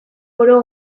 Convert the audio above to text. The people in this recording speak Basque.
oro